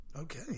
Okay